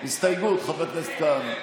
הסתייגות, חבר הכנסת כהנא.